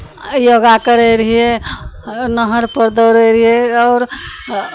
योगा करै रहियै नहरपर दौड़ै रहियै आओर